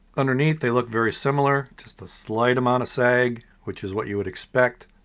underneath they look very similar. just a slight amount of sag which is what you would expect.